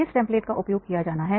किस टेंप्लेट का उपयोग किया जाना है